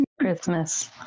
Christmas